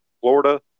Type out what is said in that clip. Florida